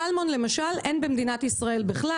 סלמון למשל אין במדינת ישראל בכלל.